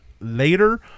later